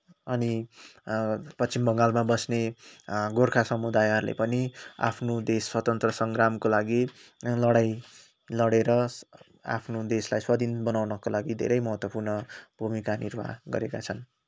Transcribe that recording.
अनि पश्चिम बङ्गालमा बस्ने गोर्खा समुदायहरूले पनि आफ्नो देश स्वतन्त्र सङ्ग्रामको लागि लडाई लडे्र आफ्नो देशलाई स्वाधीन बनाउनका लागि धेरै महत्वपूर्ण भूमिका निर्वाह गरेका छन्